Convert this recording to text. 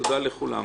תודה לכולם.